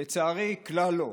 לצערי, כלל לא.